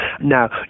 Now